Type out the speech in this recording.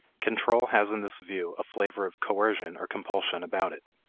control has in this view a flavor of coercion or compulsion about it.